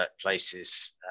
places